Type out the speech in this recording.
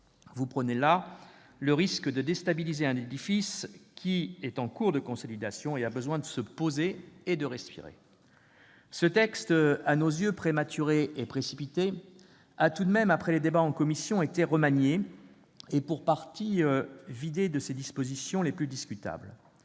Vous prenez là le risque de déstabiliser un édifice qui est en cours de consolidation et qui a besoin d'une pause et d'une respiration. Ce texte, à nos yeux prématuré et précipité, a tout de même été remanié et, pour partie, vidé de ses dispositions les plus discutables